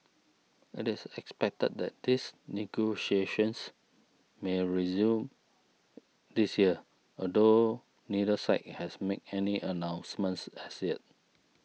it is expected that these negotiations may resume this year although neither side has made any announcements as yet